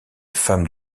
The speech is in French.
femme